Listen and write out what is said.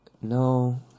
No